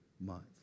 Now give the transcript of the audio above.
months